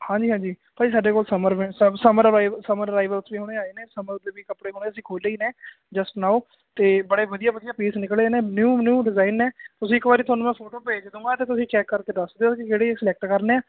ਹਾਂਜੀ ਹਾਂਜੀ ਭਾਅ ਜੀ ਸਾਡੇ ਕੋਲ ਸਮਰ ਸਮਰ ਅਰਾ ਸਮਰ ਅਰਾਈਵਲ ਹੁਣੇ ਆਏ ਨੇ ਸਮਰ ਵੀ ਕੱਪੜੇ ਹੁਣੇ ਅਸੀਂ ਖੋਲੇ ਈ ਨੇ ਜਸਟ ਨਾਓ ਤੇ ਬੜੇ ਵਧੀਆ ਵਧੀਆ ਪੀਸ ਨਿਕਲੇ ਨੇ ਨਿਊ ਨਿਊ ਡਿਜ਼ਾਇਨ ਨੇ ਤੁਸੀਂ ਇੱਕ ਵਾਰੀ ਥੋਨੂੰ ਮੈਂ ਫੋਟੋ ਭੇਜ ਦੂਗਾ ਤੇ ਤੁਸੀਂ ਚੈੱਕ ਕਰਕੇ ਦੱਸ ਦਿਓ ਕਿਹੜੇ ਸਿਲੈਕਟ ਕਰਨੇ ਆ